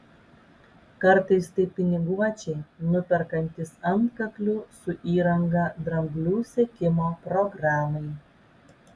kartais tai piniguočiai nuperkantys antkaklių su įranga dramblių sekimo programai